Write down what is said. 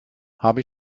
habe